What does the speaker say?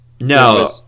No